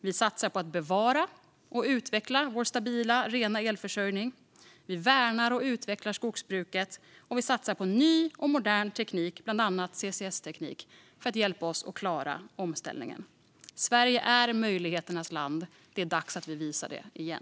Vi satsar på att bevara och utveckla vår stabila, rena elförsörjning. Vi värnar och utvecklar skogsbruket, och vi satsar på ny och modern teknik, bland annat CCS-teknik, för att hjälpa oss att klara omställningen. Sverige är möjligheternas land. Det är dags att vi visar det igen.